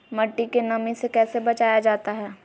मट्टी के नमी से कैसे बचाया जाता हैं?